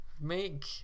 make